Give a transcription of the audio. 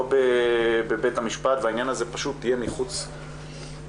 לא בבית המשפט והעניין הזה יהיה פשוט מחוץ לתחום,